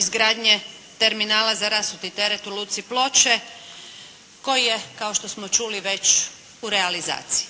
izgradnje terminala za rasuti teret u Luci Ploče koji je kao što smo čuli već u realizaciji.